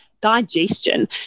digestion